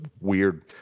weird